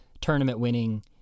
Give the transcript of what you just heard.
tournament-winning